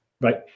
Right